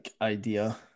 idea